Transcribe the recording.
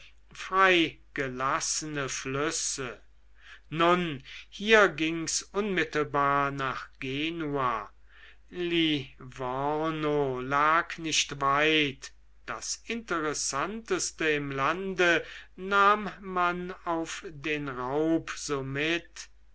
freigelassene flüsse nun hier ging's unmittelbar nach genua livorno lag nicht weit das interessanteste im lande nahm man auf den raub so mit